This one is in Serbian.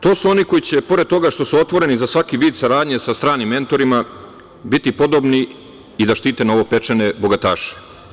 To su oni koji će, pored toga što su otvoreni za svaki vid saradnje sa stranim mentorima, biti podobni i da štite novopečene bogataše.